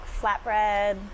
flatbread